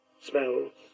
smells